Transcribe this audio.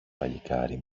παλικάρι